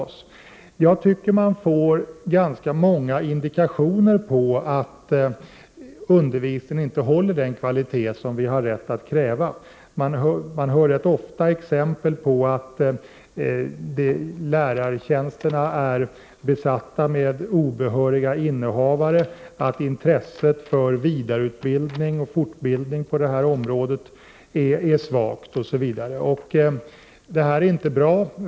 Man får många indikationer på att undervisningen inte håller den kvalitet som vi har rätt att kräva. Man hör rätt ofta exempel på att lärartjänsterna är besatta med obehöriga innehavare, att intresset för vidareutbildning och fortbildning på detta område är svagt, osv. Detta är inte bra.